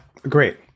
great